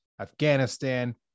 Afghanistan